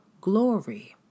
glory